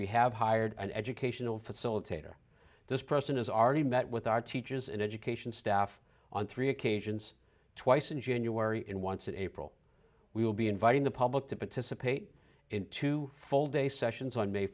we have hired an educational facilitator this person has already met with our teachers and education staff on three occasions twice in january and once in april we will be inviting the public to participate in two full day sessions on may